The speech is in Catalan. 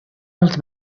els